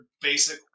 basic